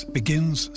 begins